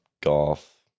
golf